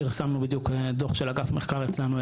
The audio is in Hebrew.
פרסמנו בדיוק דוח של אגף מחקר אצלנו,